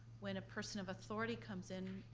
when a person of authority comes in,